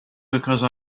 because